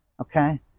Okay